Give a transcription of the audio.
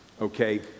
Okay